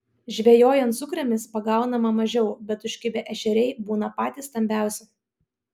žvejojant sukrėmis pagaunama mažiau bet užkibę ešeriai būna patys stambiausi